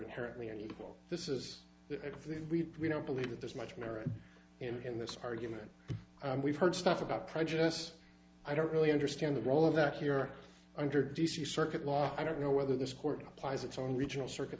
inherently unequal this is if we don't believe that there's much merit in this argument we've heard stuff about prejudice i don't really understand the role of that here under d c circuit law i don't know whether this court applies its own regional circuit